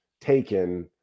taken